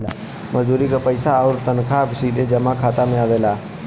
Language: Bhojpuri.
मजदूरी क पइसा आउर तनखा सीधे जमा खाता में आवला